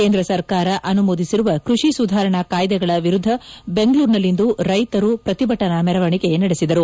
ಕೇಂದ್ರ ಸರ್ಕಾರ ಅನುಮೋದಿಸಿರುವ ಕೃಷಿ ಸುಧಾರಣಾ ಕಾಯ್ದೆಗಳ ವಿರುದ್ದ ಬೆಂಗಳೂರಿನಲ್ಲಿಂದು ರೈತರು ಪ್ರತಿಭಟನಾ ಮೆರವಣಿಗೆ ನಡೆಸಿದರು